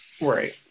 Right